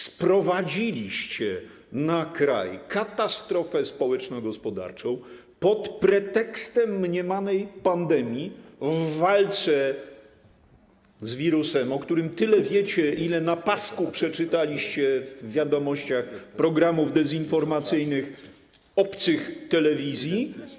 Sprowadziliście na kraj katastrofę społeczno-gospodarczą pod pretekstem mniemanej pandemii, w walce z wirusem, o którym tyle wiecie, ile na pasku przeczytaliście w wiadomościach programów dezinformacyjnych obcych telewizji.